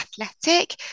athletic